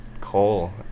coal